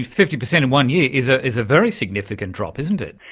fifty percent in one year is ah is a very significant drop, isn't it.